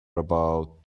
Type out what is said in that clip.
about